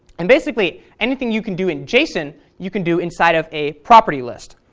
and basically anything you can do in json you can do inside of a property list,